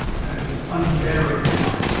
and it was unbearably hot,